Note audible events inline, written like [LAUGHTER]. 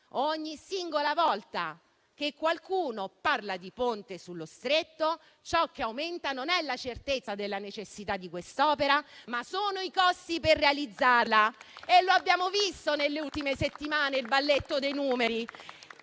ogni singola volta che qualcuno parla di Ponte sullo Stretto, ciò che aumenta non è la certezza della necessità di quest'opera, ma sono i costi per realizzarla. [APPLAUSE] Abbiamo visto, nelle ultime settimane, il balletto dei numeri: